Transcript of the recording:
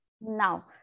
Now